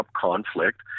conflict